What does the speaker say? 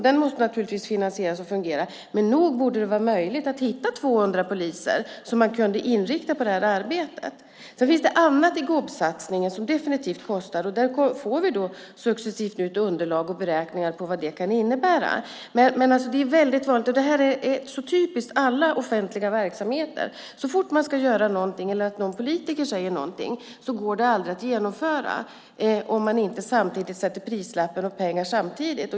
Den måste givetvis finansieras och fungera, men nog borde det vara möjligt att hitta 200 poliser som kan inriktas på detta arbeta. Det finns annat i GOB-satsningen som definitivt kostar. Där får vi successivt ut underlag och beräkningar på vad det kan innebära. Detta är dock mycket vanligt och typiskt för alla offentliga verksamheter. Så fort man ska göra något eller när någon politiker säger något går det aldrig att genomföra om man inte samtidigt sätter prislappen och ger extra pengar.